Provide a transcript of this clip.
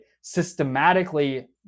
systematically